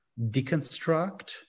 deconstruct